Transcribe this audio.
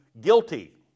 guilty